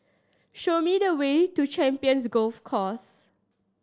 show me the way to Champions Golf Course